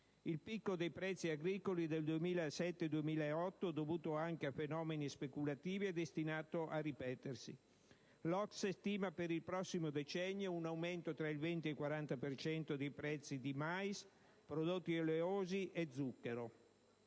Il picco dei prezzi agricoli del 2007-2008, dovuto anche a fenomeni speculativi, è destinato a ripetersi: l'OCSE stima per il prossimo decennio un aumento tra il 20 e il 40 per cento dei prezzi di mais, prodotti oleosi e zucchero.